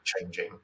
changing